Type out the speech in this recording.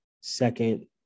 Second